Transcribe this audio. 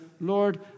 Lord